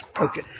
Okay